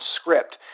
script